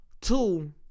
Two